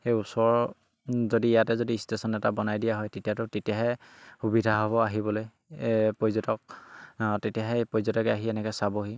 সেই ওচৰৰ যদি ইয়াতে যদি ষ্টেশ্যন এটা বনাই দিয়া হয় তেতিয়াতো তেতিয়াহে সুবিধা হ'ব আহিবলে পৰ্যটক তেতিয়াহে পৰ্যটকে আহি এনেকেৈ চাবহি